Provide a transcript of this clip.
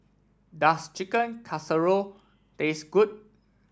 does Chicken Casserole taste good